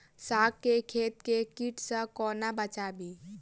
साग केँ खेत केँ कीट सऽ कोना बचाबी?